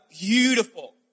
beautiful